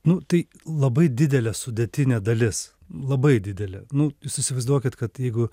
nu tai labai didelė sudėtinė dalis labai didelė nu jūs įsivaizduokit kad jeigu